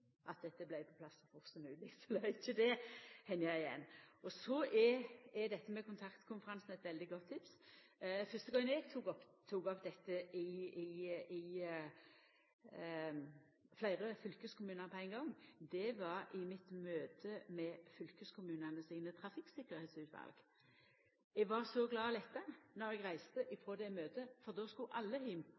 at dette kom på plass så fort som mogleg, så lat ikkje det henga igjen. Så er dette med kontaktkonferansen eit veldig godt tips. Fyrste gongen eg tok opp dette med fleire fylkeskommunar på ein gong, var i mitt møte med fylkeskommunane sine trafikktryggleiksutval. Eg var så glad og letta då eg reiste frå det møtet, for då skulle alle